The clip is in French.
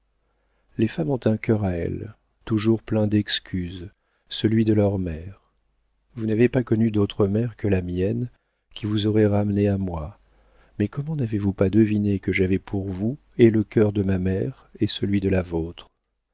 les femmes ont un cœur à elles toujours plein d'excuses celui de leur mère vous n'avez pas connu d'autre mère que la mienne qui vous aurait ramenée à moi mais comment n'avez-vous pas deviné que j'avais pour vous et le cœur de ma mère et celui de la vôtre